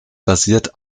basiert